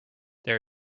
there